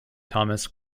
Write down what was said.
thomas